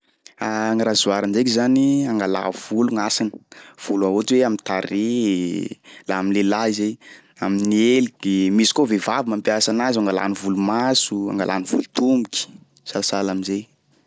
Gny rasoir ndraiky zany angalà volo gn'asany, volo a- ohatry hoe amin'ny tarehy e, laha am'lehilahy izay, amin'ny heliky, misy koa vehivavy mampiasa anazy angalany volo-maso, angalany volon-tomboky, sahasahala am'zay.